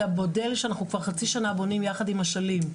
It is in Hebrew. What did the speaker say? את המודל שאנחנו כבר חצי שנה בונים יחד עם אשלים,